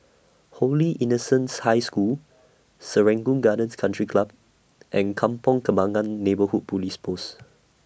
Holy Innocents' High School Serangoon Gardens Country Club and Kampong Kembangan Neighbourhood Police Post